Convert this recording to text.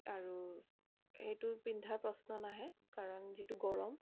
আৰু সেইটো পিন্ধাৰ প্ৰশ্ন নাহে কাৰণ যিটো গৰম